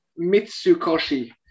Mitsukoshi